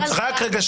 רק רגע.